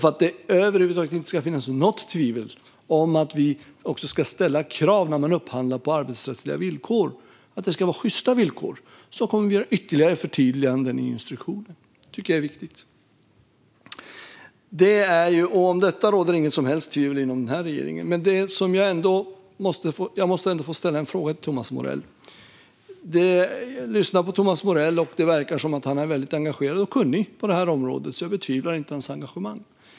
För att det över huvud taget inte ska råda något tvivel om att vi också ska ställa krav på att man upphandlar på arbetsrättsliga villkor, att det ska vara sjysta villkor, kommer vi att göra ytterligare förtydliganden i instruktionen. Det tycker jag är viktigt, och om detta råder inget som helst tvivel i den här regeringen. Jag vill ställa en fråga till Thomas Morell. Jag lyssnar på Thomas Morell, och det verkar som att han är väldigt engagerad och kunnig på det här området, så jag betvivlar inte hans engagemang.